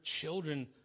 children